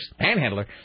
panhandler